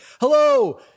hello